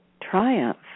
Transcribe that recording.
triumph